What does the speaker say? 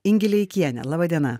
ingileikiene laba diena